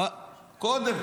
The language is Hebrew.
קודם,